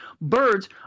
birds